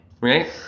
Right